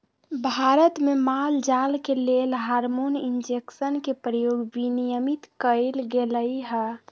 भारत में माल जाल के लेल हार्मोन इंजेक्शन के प्रयोग विनियमित कएल गेलई ह